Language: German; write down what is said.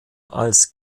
als